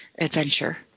adventure